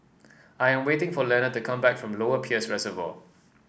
I am waiting for Lenna to come back from Lower Peirce Reservoir